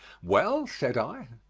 well, said i,